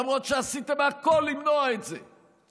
למרות שעשיתם הכול כדי למנוע את זה,